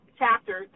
chapter